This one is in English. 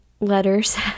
letters